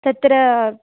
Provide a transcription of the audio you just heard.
तत्र